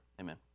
amen